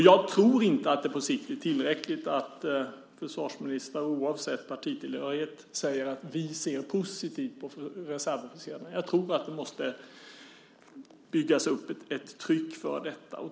Jag tror inte att det på sikt är tillräckligt att försvarsministrar, oavsett partitillhörighet, säger att de ser positivt på reservofficerare. Det måste byggas upp ett tryck.